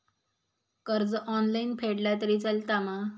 कर्ज ऑनलाइन फेडला तरी चलता मा?